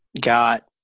got